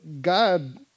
God